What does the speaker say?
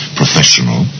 professional